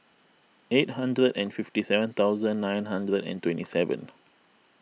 eight hundred and fifty seven thousand nine hundred and twenty seven